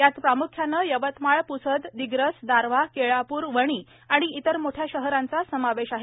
यात प्रामुख्याने यवतमाळ प्सद दिग्रस दारव्हा केळाप्र वणी आणि इतर मोठ्या शहरांचा समावेश आहे